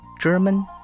German